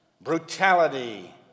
brutality